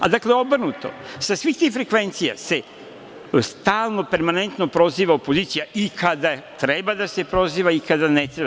Dakle, obrnuto, sa svih tih frekvencija se stalno, permanentno proziva opozicija i kada treba da se proziva i kada ne treba.